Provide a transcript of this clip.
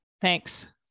Thanks